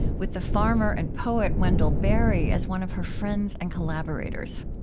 with the farmer and poet wendell berry, as one of her friends and collaborators.